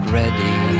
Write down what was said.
ready